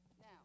Now